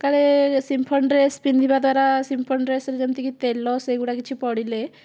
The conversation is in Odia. କାଳେ ସିଫନ୍ ଡ୍ରେସ ପିନ୍ଧିବା ଦ୍ୱାରା ସିଫନ୍ ଡ୍ରେସ୍ ରେ ତେଲ ସେଗୁଡ଼ା କିଛି ପଡ଼ିଲେ